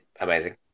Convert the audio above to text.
amazing